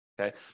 Okay